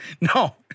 No